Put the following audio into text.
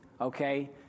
okay